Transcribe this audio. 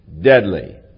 deadly